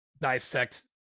dissect